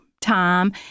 time